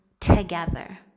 together